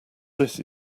this